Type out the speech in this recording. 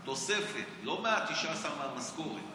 תוספת, לא 19% מהמשכורת.